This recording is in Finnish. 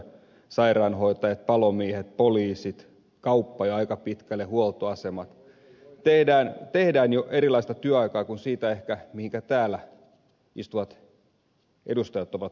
sairaanhoitajilla palomiehillä poliisilla kaupassa ja aika pitkälle huoltoasemilla on jo erilainen työaika kuin mihinkä täällä istuvat edustajat ehkä ovat tottuneet